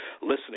listening